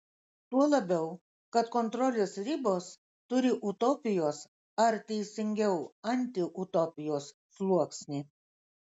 tuo labiau kad kontrolės ribos turi utopijos ar teisingiau antiutopijos sluoksnį